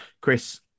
Chris